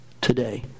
today